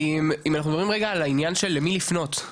אם אנחנו מדברים רגע על העניין של למי לפנות,